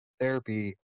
therapy